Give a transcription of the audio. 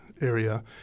area